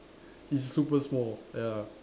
it's super small ya